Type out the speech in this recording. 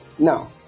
Now